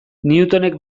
newtonek